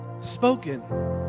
spoken